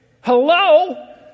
hello